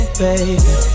baby